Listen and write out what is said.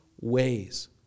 ways